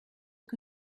que